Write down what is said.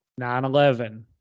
911